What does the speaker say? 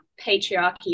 patriarchy